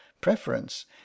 preference